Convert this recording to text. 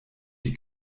die